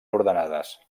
ordenades